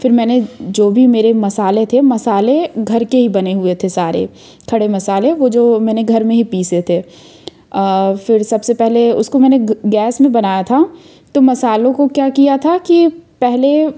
फिर मैंने जो भी मेरे मसाले थे मसाले घर के ही बने हुए थे सारे खड़े मसाले वो जो मैंने घर में ही पीसे थे फिर सबसे पहले उसको मैंने गैस में बनाया था तो मसालों को क्या किया था कि पहले